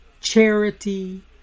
charity